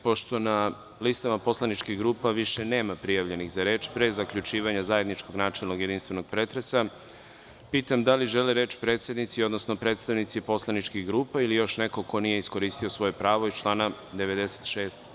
Pošto na listama poslaničkih grupa više nema prijavljenih za reč, pre zaključivanja zajedničkog načelnog i jedinstvenog pretresa, pitam da li žele reč predsednici, odnosno predstavnici poslaničkih grupa ili još neko ko nije iskoristio svoje pravo iz člana 96.